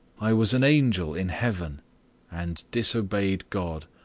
i was an angel in heaven and disobeyed god.